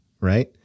Right